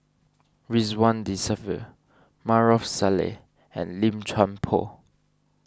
Ridzwan Dzafir Maarof Salleh and Lim Chuan Poh